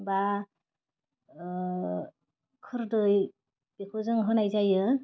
बा खोरदै बेखौ जों होनाय जायो